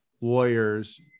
lawyers